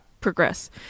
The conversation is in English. progress